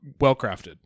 well-crafted